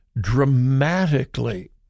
dramatically